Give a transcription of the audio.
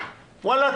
וואלה,